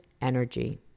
energy